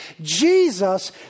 Jesus